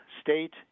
state